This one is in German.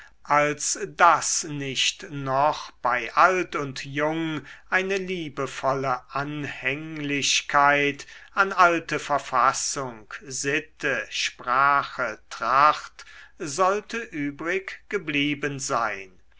als daß nicht noch bei alt und jung eine liebevolle anhänglichkeit an alte verfassung sitte sprache tracht sollte übrig geblieben sein